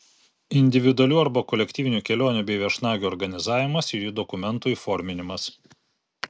individualių arba kolektyvinių kelionių bei viešnagių organizavimas ir jų dokumentų įforminimas